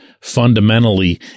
fundamentally